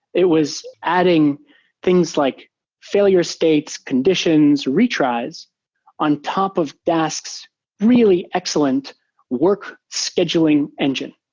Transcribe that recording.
it was adding things like failure states, conditions, retries on top of dask's really excellent work scheduling engine,